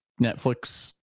Netflix